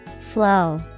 Flow